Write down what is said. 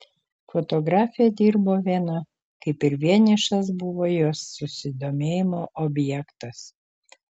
fotografė dirbo viena kaip ir vienišas buvo jos susidomėjimo objektas